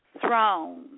throne